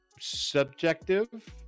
subjective